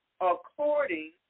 according